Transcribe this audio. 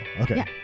okay